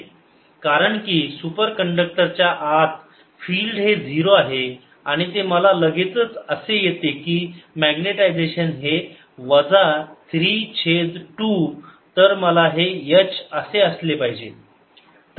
0 B0H MH M32 Bapplied0 H B कारण की superconductor च्या आत फिल्ड हे 0 आहे आणि ते मला लगेचच असे येते की मॅग्नेटायजेशन हे आहे वजा 3 छेद 2 तर मला हे H असे असले पाहिजे